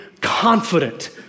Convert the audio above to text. confident